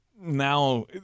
now